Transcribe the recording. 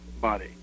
body